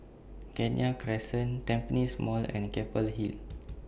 Kenya Crescent Tampines Mall and Keppel Hill